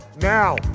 Now